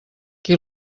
qui